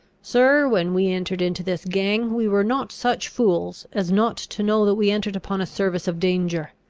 sir, when we entered into this gang, we were not such fools as not to know that we entered upon a service of danger.